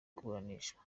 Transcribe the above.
kuburanishwa